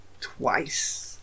Twice